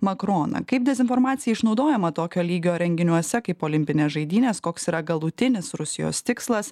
makroną kaip dezinformacija išnaudojama tokio lygio renginiuose kaip olimpinės žaidynės koks yra galutinis rusijos tikslas